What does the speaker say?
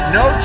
No